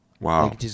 Wow